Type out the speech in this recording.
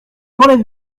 quand